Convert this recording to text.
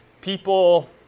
people